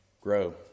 grow